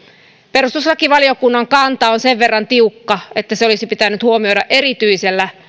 perustuslakivaliokunnan kanta on sen verran tiukka että se olisi pitänyt huomioida erityisellä